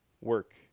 work